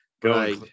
go